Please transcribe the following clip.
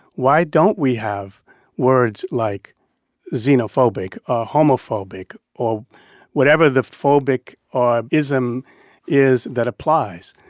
why don't we have words like xenophobic or homophobic or whatever the phobic or ism is that applies?